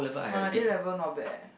but my A-level not bad eh